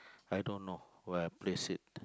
I don't know where I place it